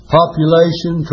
population